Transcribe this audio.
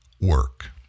work